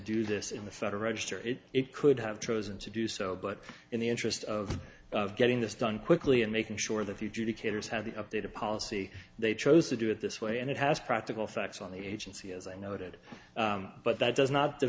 do this in the federal register it it could have chosen to do so but in the interest of getting this done quickly and making sure the future decatur's have the updated policy they chose to do it this way and it has practical effects on the agency as i noted but that does not the